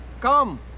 Come